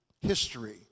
history